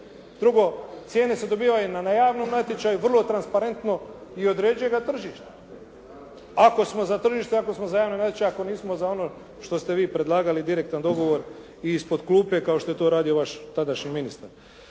Drugo, cijene se dobivaju na javnom natječaju vrlo transparentno i određuje ga tržište. Ako smo za tržište, ako smo za javni natječaj, ako nismo za ono što ste vi predlagali direktan dogovor i ispod klupe kao što je to radio vaš tadašnji ministar.